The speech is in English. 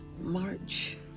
March